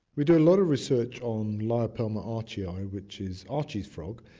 we do a lot of research on leiopelma archeyi ah which is archey's frog,